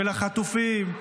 של החטופים,